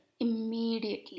immediately